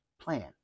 plan